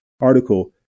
article